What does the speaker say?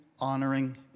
honoring